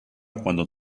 cuándo